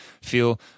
feel